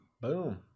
Boom